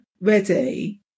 ready